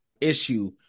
issue